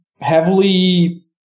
heavily